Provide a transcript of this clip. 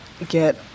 get